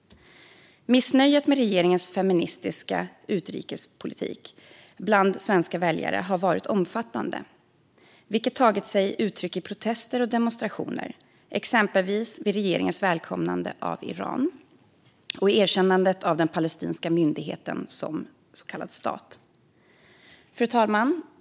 Missnöjet med regeringens så kallade feministiska utrikespolitik bland svenska väljare har varit omfattande, vilket tagit sig uttryck i protester och demonstrationer exempelvis vid regeringens välkomnande av Iran och erkännandet av den palestinska myndigheten som stat.